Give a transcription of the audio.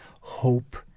hope